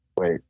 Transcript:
Wait